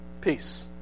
Peace